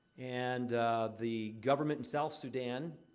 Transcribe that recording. and the government in south sudan